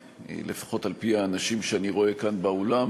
לפחות על-פי האנשים שאני רואה כאן באולם,